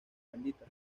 bendita